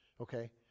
Okay